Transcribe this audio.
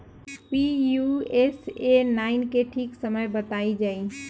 Pusa nine के ठीक समय बताई जाई?